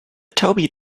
toby